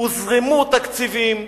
הוזרמו תקציבים,